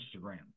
Instagram